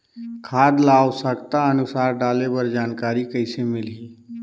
खाद ल आवश्यकता अनुसार डाले बर जानकारी कइसे मिलही?